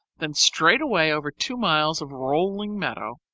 then straight away over two miles of rolling meadow,